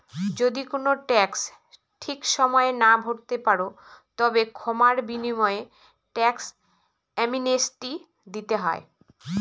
যদি কোনো ট্যাক্স ঠিক সময়ে না ভরতে পারো, তবে ক্ষমার বিনিময়ে ট্যাক্স অ্যামনেস্টি দিতে হয়